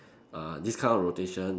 err this kind of rotation